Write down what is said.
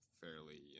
fairly